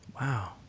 Wow